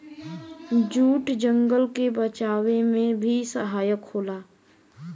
jute जंगल के बचावे में भी सहायक होला